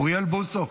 אוריאל בוסו,